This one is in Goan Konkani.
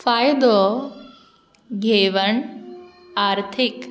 फायदो घेवन आर्थीक